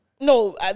No